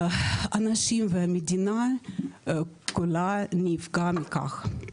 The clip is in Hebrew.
האנשים והמדינה כולם נפגעים מכך.